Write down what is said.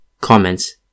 Comments